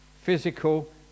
physical